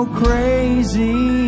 crazy